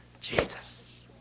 Jesus